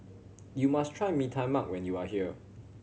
you must try Mee Tai Mak when you are here